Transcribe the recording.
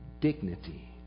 dignity